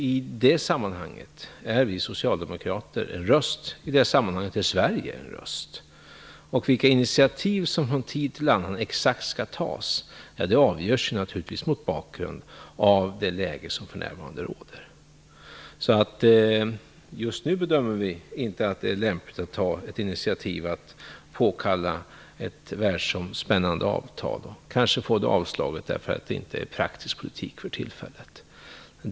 I det sammanhanget är vi socialdemokrater en röst. I det sammanhanget är Sverige en röst. Vilka initiativ som från tid till annan exakt skall tas avgörs naturligtvis mot bakgrund av det läge som för närvarande råder. Just nu bedömer vi inte att det är lämpligt att ta ett initiativ för att påkalla ett världsomspännande avtal, för att kanske få det avslaget därför att det inte är praktisk politik för tillfället.